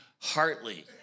Hartley